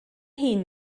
hŷn